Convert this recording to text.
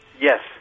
Yes